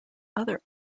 other